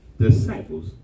disciples